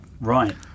right